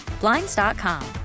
Blinds.com